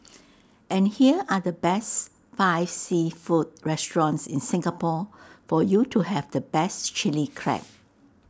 and here are the best five seafood restaurants in Singapore for you to have the best Chilli Crab